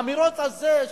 האמירות האלה,